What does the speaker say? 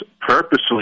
purposely